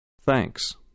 Thanks